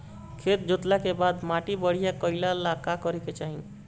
खेत जोतला के बाद माटी बढ़िया कइला ला का करे के चाही?